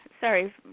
sorry